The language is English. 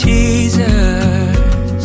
Jesus